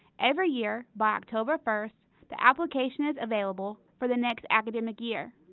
every year by october first the application is available for the next academic year.